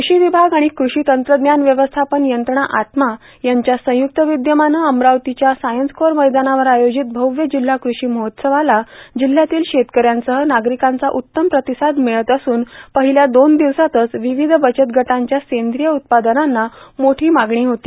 कृषी विभाग आणि कृषी तंत्रज्ञान व्यवस्थापन यंत्रणा आत्मा यांच्या संयुक्त विद्यमानं अमरावतीच्या सायन्सकोर मैदानावर आयोजित भव्य जिल्हा कृषी महोत्सवास जिल्हयातील शेतकऱ्यांसह नागरिकांचा उत्तम प्रतिसाद मिळत असून पहिल्या दोन दिवसांतच विविध बचत गटांच्या सेंद्रिय उत्पादनांना मोठी मागणी होती